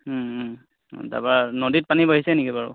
তাৰপা নদীত পানী বাঢ়িছে নেকি বাৰু